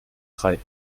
drei